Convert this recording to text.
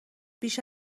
بیش